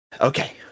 okay